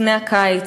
לפני הקיץ,